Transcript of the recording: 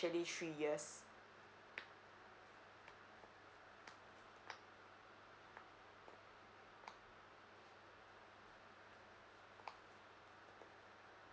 three years